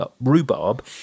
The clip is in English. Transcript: Rhubarb